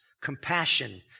compassion